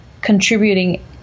contributing